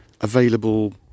available